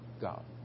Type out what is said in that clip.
God